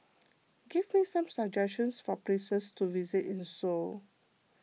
give me some suggestions for places to visit in Seoul